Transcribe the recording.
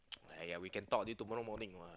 aiyah we can talk until tomorrow morning what